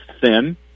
thin